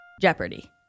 Jeopardy